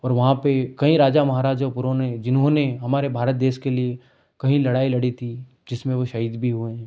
और वहाँ पर कई राजा महाराजपुरों ने जिन्होंने हमारे भारत देश के लिए कहीं लड़ाई लड़ी थी जिसमें वो शहीद भी हुए हैं